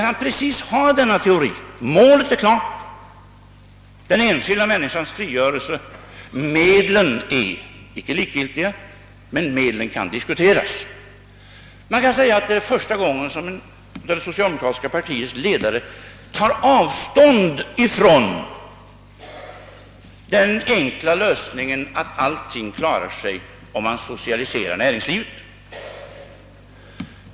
Han framförde just denna teori att målet — den enskilda människans frigörelse — är klart och att medlen inte är likgiltiga men kan diskuteras. Detta var första gången som det socialdemokratiska partiets ledning tog avstånd från den enkla lösningen att allting klarar sig, om man socialiserar näringslivet.